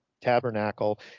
tabernacle